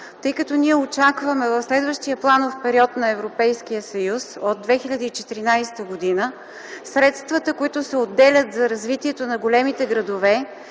тъй като ние очакваме в следващия планов период на Европейския съюз от 2014 г. средствата, които се отделят за развитие на големите градове,